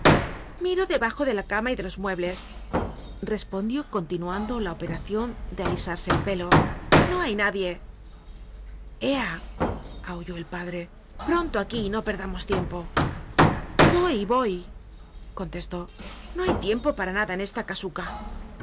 miro debajo de la cama y de los muebles respondió continuando la operacion de alisarse el pelo no hay nadie ea aulló el padre pronto aquí y no perdamos tiempo voy voy contestó no hay tiempo para nada en esta casuca